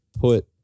put